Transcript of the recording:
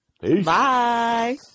bye